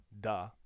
duh